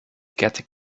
getting